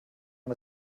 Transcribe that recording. man